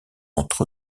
entre